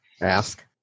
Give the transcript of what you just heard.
ask